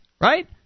Right